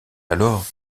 alors